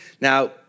Now